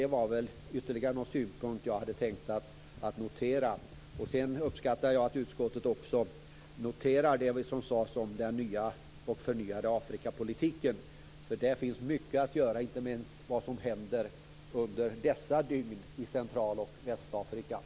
Det var ytterligare några synpunkter som jag hade tänkt framföra. Sedan uppskattar jag att utskottet också noterar det som sades om den nya och förnyade Afrikapolitiken. Där finns mycket att göra, inte minst när det gäller det som händer under dessa dygn i Central och